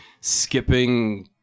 skipping